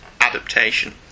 adaptation